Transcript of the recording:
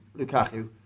Lukaku